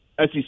SEC